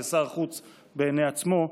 כשר חוץ בעיני עצמו,